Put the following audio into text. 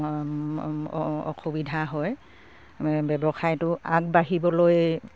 অসুবিধা হয় ব্যৱসায়টো আগবাঢ়িবলৈ